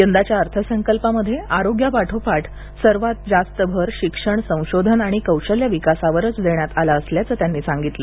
यंदाच्या अर्थसंकल्पामध्ये आरोग्यापाठोपाठ सर्वात जास्त भर शिक्षण संशोधन आणि कौशल्य विकासावरच देण्यात आला असल्याचं त्यांनी सांगितलं